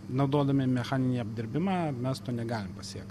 naudodami mechaninį apdirbimą mes to negalim pasiekt